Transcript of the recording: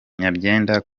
nyabyenda